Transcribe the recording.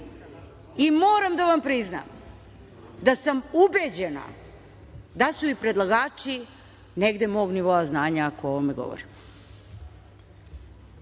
i moram da vam priznam da sam ubeđena da su i predlagači negde mog nivoa znanja, ako o ovome govorimo,